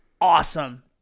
awesome